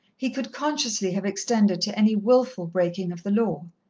he could consciously have extended to any wilful breaking of the law.